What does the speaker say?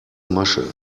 masche